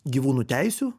gyvūnų teisių